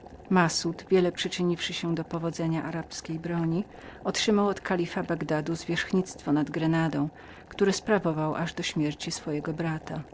massud wiele przyczyniwszy się do powodzenia arabskiej broni otrzymał od kalifa bagdadu zwierzchnictwo nad grenadą które sprawował aż do śmierci swego brata